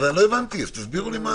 אז לא הבנתי, תסבירו לי.